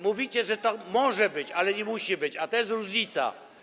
Mówicie, że to może być, ale nie musi być, a to jest różnica.